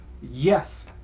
Yes